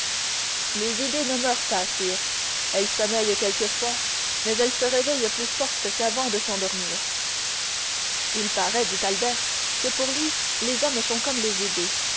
les idées ne meurent pas sire elles sommeillent quelquefois mais elles se réveillent plus fortes qu'avant de s'endormir il paraît dit albert que pour lui les hommes sont comme les idées